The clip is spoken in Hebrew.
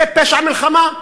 זה פשע מלחמה.